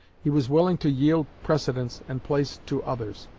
he was willing to yield precedence and place to others,